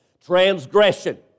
Transgression